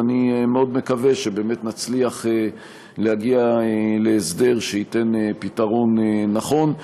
ואני מאוד מקווה שבאמת נצליח להגיע להסדר שייתן פתרון נכון.